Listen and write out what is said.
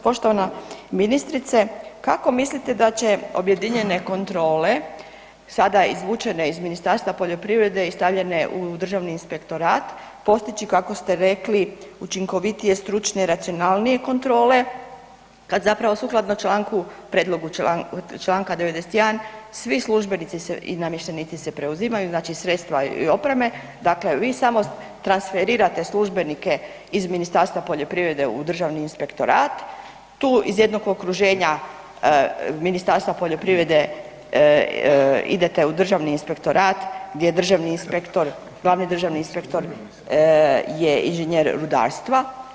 Poštovana ministrice, kako mislite da će objedinjene kontrole sada izvučene iz Ministarstva poljoprivrede i stavljene u Državni inspektorat, postići kako ste rekli, učinkovitije, stručnije, racionalnije kontrole kad zapravo sukladno čl., prijedlogu čl. 91. svi službenici i namještenici se preuzimaju, znači sredstva i opreme, dakle vi samo transferirate službenike iz Ministarstva poljoprivrede u Državni inspektorat, tu iz jednog okruženja Ministarstva poljoprivrede idete u Državni inspektorat gdje glavni državni inspektor je inženjer rudarstva?